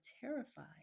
terrified